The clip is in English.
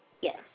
Yes